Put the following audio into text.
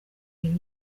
ibi